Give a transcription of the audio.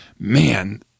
man